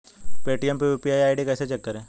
Paytm पर UPI ID कैसे check करें?